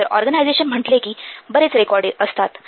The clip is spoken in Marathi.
तर ऑर्गनायझेशन म्हंटले कि बरेच रेकॉर्ड असतात